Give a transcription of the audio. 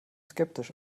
skeptisch